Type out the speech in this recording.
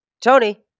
Tony